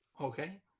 okay